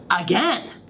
again